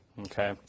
Okay